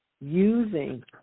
using